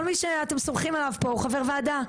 כל מי שאתם סומכים עליו פה הוא חבר ועדה.